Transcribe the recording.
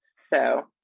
So-